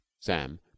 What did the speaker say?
sam